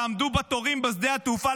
תעמדו בתורים בשדה התעופה,